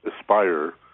aspire